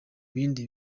bindi